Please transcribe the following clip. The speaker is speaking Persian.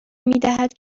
میدهد